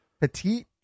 Petit